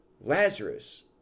Lazarus